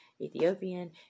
ethiopian